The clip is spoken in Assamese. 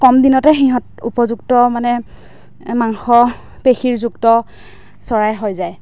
কম দিনতে সিহঁত উপযুক্ত মানে মাংস পেশীৰযুক্ত চৰাই হৈ যায়